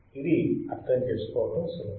ఇది అర్థం చేసుకోవడం సులభం